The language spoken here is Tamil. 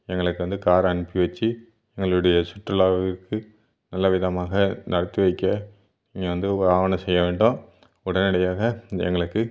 எங்களுக்கு வந்து கார் அனுப்பி வச்சி எங்களுடைய சுற்றுலாவிற்கு நல்ல விதமாக நடத்தி வைக்க நீங்கள் வந்து வாகனம் செய்ய வேண்டும் உடனடியாக எங்களுக்கு